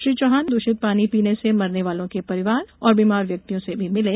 श्री चौहान ने दूषित पानी पीने से मरने वालो के परिवार और बीमार व्यक्तियों से भी मिलें